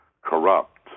corrupt